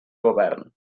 govern